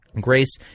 grace